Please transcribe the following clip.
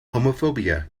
homophobia